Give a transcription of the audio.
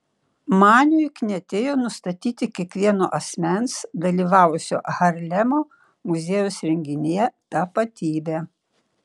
maniui knietėjo nustatyti kiekvieno asmens dalyvavusio harlemo muziejaus renginyje tapatybę